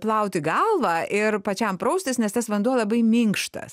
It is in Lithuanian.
plauti galvą ir pačiam praustis nes tas vanduo labai minkštas